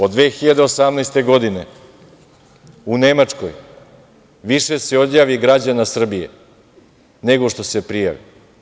Od 2018. godine u Nemačkoj više se odjavi građana Srbije nego što se prijavi.